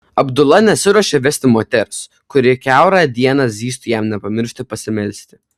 abdula nesiruošė vesti moters kuri kiaurą dieną zyztų jam nepamiršti pasimelsti